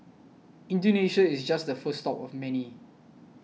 Indonesia is just the first stop of many